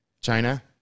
China